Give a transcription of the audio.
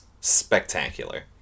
spectacular